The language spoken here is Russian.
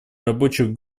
рабочих